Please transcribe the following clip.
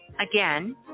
again